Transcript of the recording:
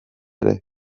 ere